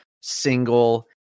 single